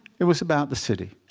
it was about the city.